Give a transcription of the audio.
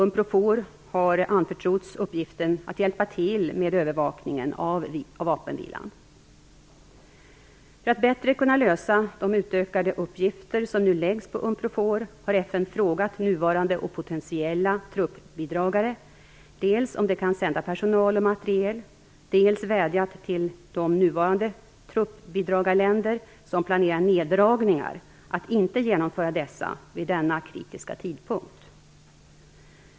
Unprofor har anförtrotts uppgiften att hjälpa till med övervakningen av vapenvilan. För att bättre kunna lösa de utökade uppgifter som nu läggs på Unprofor har FN dels frågat nuvarande och potentiella truppbidragare om de kan sända personal och materiel, dels vädjat till de nuvarande truppbidragarländer som planerar neddragningar att inte genomföra dessa vid denna kritiska tidpunkt.